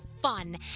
Fun